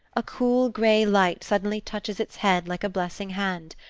a cool, gray light suddenly touches its head like a blessing hand,